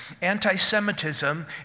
Anti-Semitism